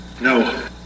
No